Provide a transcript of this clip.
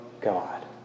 God